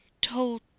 Told